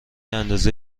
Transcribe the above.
اندازه